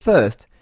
first,